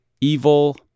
evil